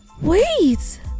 Wait